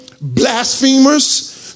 blasphemers